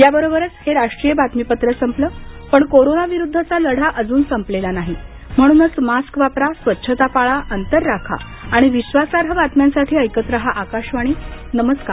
याबरोबरच हे राष्ट्रीय बातमीपत्र संपलं पण कोरोना विरुद्धचा लढा अजून संपलेला नाही म्हणूनच मास्क वापरा स्वच्छता पाळा अंतर राखा आणि विश्वासार्ह बातम्यांसाठी ऐकत रहा आकाशवाणी नमस्कार